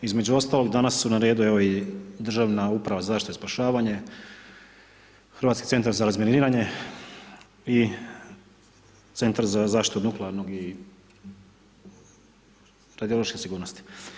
Između ostaloga, danas su na redu, evo i Državna uprava za zaštitu i spašavanje, Hrvatski centar za razminiranje (HCR) i Centar za zaštitu od nuklearnog i radiološke sigurnosti.